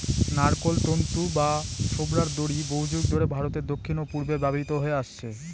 নারকোল তন্তু বা ছোবড়ার দড়ি বহুযুগ ধরে ভারতের দক্ষিণ ও পূর্বে ব্যবহৃত হয়ে আসছে